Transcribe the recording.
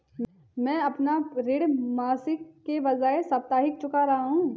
मैं अपना ऋण मासिक के बजाय साप्ताहिक चुका रहा हूँ